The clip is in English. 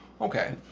Okay